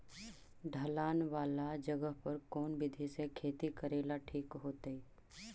ढलान वाला जगह पर कौन विधी से खेती करेला ठिक होतइ?